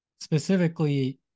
specifically